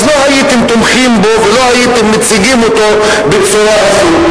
אז לא הייתם תומכים בו ולא הייתם מציגים אותו בצורה הזאת.